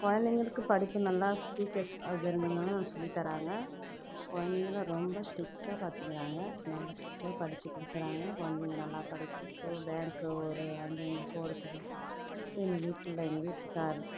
குழந்தைங்களுக்கு படிப்பு நல்லா ஸ் டீச்சர்ஸ் சொல்லித் தராங்க குழந்தைங்கள ரொம்ப ஸ்ட்ரிக்டாக பார்த்துக்கறாங்க நல்லா ஸ்ட்ரிக்காக படித்துக் கொடுக்கறாங்க குழந்தைங்க நல்லா படிக்கிது ஸோ பேங்க்கு ஒரு அங்கே இங்கே போகிறதுக்கு எங்கள் வீட்டில் எங்கள் வீட்டுக்காரர்